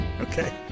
Okay